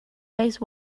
face